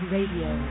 Radio